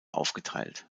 aufgeteilt